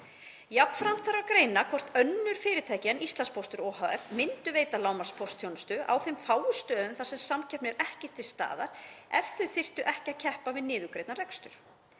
Jafnframt þarf að greina hvort önnur fyrirtæki en Íslandspóstur ohf. myndu veita lágmarkspóstþjónustu á þeim fáu stöðum þar sem samkeppni er ekki til staðar ef þau þyrftu ekki að keppa við niðurgreiddan rekstur.